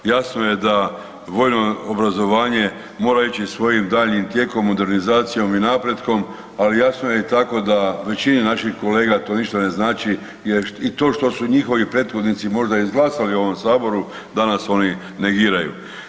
Jasno je da vojno obrazovanje mora ići svojim daljnjim tijekom, modernizacijom i napretkom, ali jasno je i tako da većini naših kolega to ništa ne znači, jer i to što su njihovi prethodnici možda izglasali u ovom Saboru, danas oni negiraju.